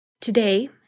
Today